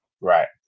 Right